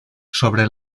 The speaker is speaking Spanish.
sobre